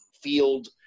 field